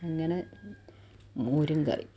അങ്ങനെ മോരും കറി